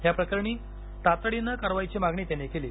याप्रकरणी तातडीनं कारवाईची मागणी त्यांनी केली